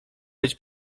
być